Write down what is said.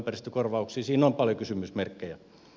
siinä on paljon kysymysmerkkejä